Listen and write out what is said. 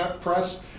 Press